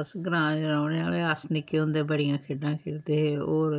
अस्स ग्रांऽ दे रौह्ने आह्ले आं अस्स निक्के हुंदे बड़ियां खेड्ढां खेड्ढे दे हे होर